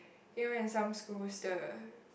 you know in some schools the